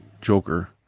Joker